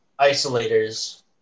isolators